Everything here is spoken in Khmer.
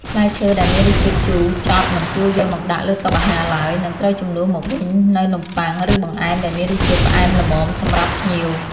ផ្លែឈើដែលមានរសជាតិជូរចត់មិនគួរយកមកដាក់លើតុអាហារឡើយ និងត្រូវជំនួសមកវិញនូវនំបុ័ង ឬបង្អែមដែលមានរសជាតិផ្អែមល្មមសម្រាប់ភ្ញៀវ។